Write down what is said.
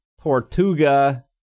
Tortuga